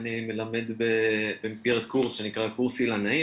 ואני מלמד במסגרת קורס שנקרא קורס "אילנאים",